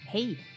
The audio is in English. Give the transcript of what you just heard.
Hey